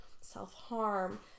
self-harm